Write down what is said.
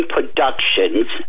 Productions